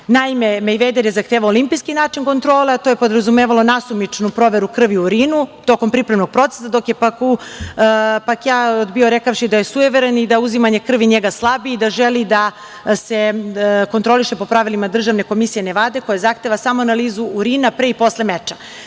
Naime, Mejveder je zahtevao olimpijski način kontrole, a to je podrazumevalo nasumičnu proveru krvi i urina tokom pripremnog procesa, dok je Pakja odbio rekavši da je sujeveran i da uzimanje krvi njega slabi i da želi da se kontroliše po pravilima državne komisije Nevade koja zahteva samo analizu urina pre i posle meča.